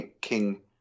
King